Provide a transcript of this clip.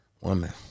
Woman